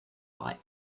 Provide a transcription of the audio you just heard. vrai